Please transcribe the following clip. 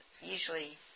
usually